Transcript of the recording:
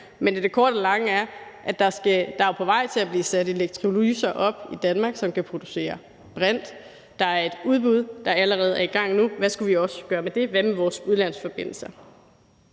hele ptx-teknologien, er man på vej til at sætte elektrolyse op i Danmark, som kan producere brint. Der er et udbud, der allerede er i gang nu. Hvad skulle vi også gøre med det, og hvad med vores udlandsforbindelser?